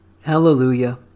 Hallelujah